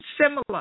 similar